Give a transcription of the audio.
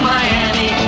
Miami